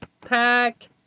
pack